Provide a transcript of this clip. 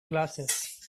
glasses